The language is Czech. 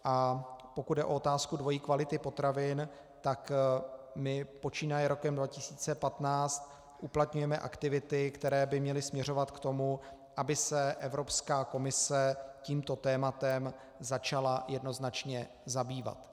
A pokud jde o otázku dvojí kvality potravin, tak počínaje rokem 2015 uplatňujeme aktivity, které by měly směřovat k tomu, aby se Evropská komise tímto tématem začala jednoznačně zabývat.